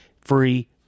free